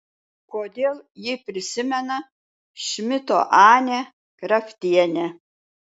kodėl ji prisimena šmito anę kraftienę